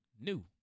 new